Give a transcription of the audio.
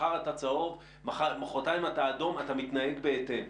מחר אתה צהוב, מחרתיים אתה אדום, אתה מתנהג בהתאם.